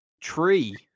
Tree